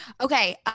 Okay